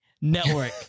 network